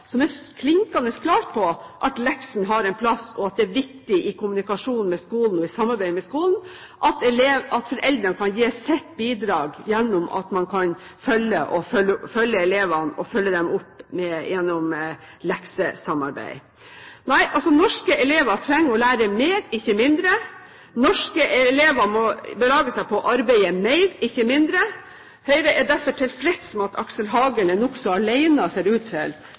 som er klinkende klar på at leksene har en plass, og at det er viktig i kommunikasjonen og samarbeidet med skolen at foreldrene kan gi sitt bidrag gjennom at man kan følge opp barna gjennom leksesamarbeid. Norske elever trenger å lære mer, ikke mindre. Norske elever må belage seg på å arbeide mer, ikke mindre. Høyre er derfor tilfreds med at Aksel Hagen er nokså alene, ser det ut til,